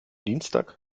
dienstag